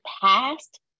past